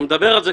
אני מדבר על זה,